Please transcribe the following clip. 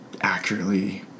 accurately